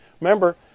Remember